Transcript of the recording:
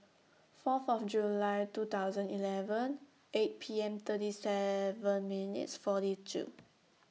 four of July two thousand eleven eight P M thirty seven minutes forty two